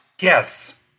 Yes